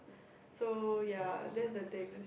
so ya that's the thing